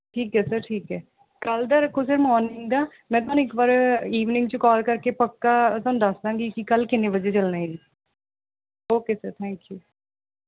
ਠੀਕ ਹੈ ਸਰ ਠੀਕ ਹੈ ਕੱਲ੍ਹ ਦਾ ਰੱਖੋ ਸਰ ਮੌਰਨਿੰਗ ਦਾ ਮੈਂ ਤੁਹਾਨੂੰ ਇੱਕ ਵਾਰ ਈਵਨਿੰਗ 'ਚ ਕਾਲ ਕਰਕੇ ਪੱਕਾ ਤੁਹਾਨੂੰ ਦੱਸ ਦਵਾਂਗੀ ਕੀ ਕੱਲ੍ਹ ਕਿੰਨੇ ਵਜੇ ਚੱਲਣਾ ਹੈ ਜੀ ਓਕੇ ਸਰ ਥੈਂਕ ਯੂ